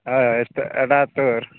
ହଏ ହଏ ଏଟା ତ